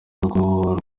rugo